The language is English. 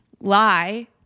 lie